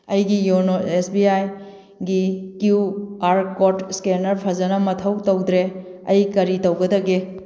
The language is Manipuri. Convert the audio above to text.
ꯑꯩꯒꯤ ꯌꯣꯅꯣ ꯑꯦꯁ ꯕꯤ ꯑꯥꯏꯒꯤ ꯀ꯭ꯌꯨ ꯑꯥꯔ ꯀꯣꯗ ꯏꯁꯀꯦꯟ ꯐꯖꯅ ꯃꯊꯧ ꯇꯧꯗ꯭ꯔꯦ ꯑꯩ ꯀꯔꯤ ꯇꯧꯒꯗꯒꯦ